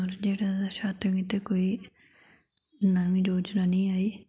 होर छात्रवृत्ति आस्तै कोई नमीं योजना निं आई